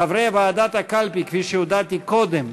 חברי ועדת הקלפי, כפי שהודעתי קודם,